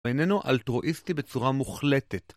ואיננו אלטרואיסטי בצורה מוחלטת.